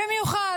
במיוחד